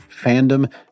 fandom